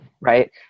right